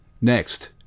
Next